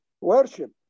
worship